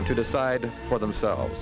and to decide for themselves